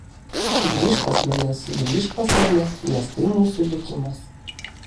sugrįžk pas mane sugrįžk pas mane nes tai mūsų likimas